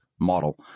model